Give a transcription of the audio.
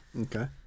Okay